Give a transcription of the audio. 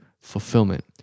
fulfillment